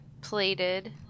plated